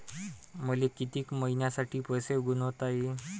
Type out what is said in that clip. मले कितीक मईन्यासाठी पैसे गुंतवता येईन?